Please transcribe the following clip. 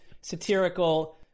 satirical